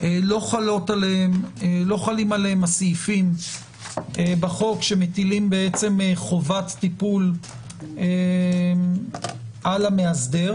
לא חלים עליהם הסעיפים בחוק שמטילים חובת טיפול על המאסדר,